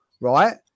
right